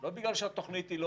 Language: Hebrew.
לא בגלל שהתוכנית לא